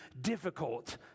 difficult